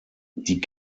die